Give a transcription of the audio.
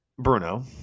bruno